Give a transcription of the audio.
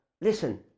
listen